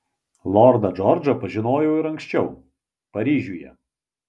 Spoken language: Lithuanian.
lordą džordžą pažinojau ir anksčiau paryžiuje